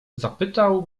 zapytał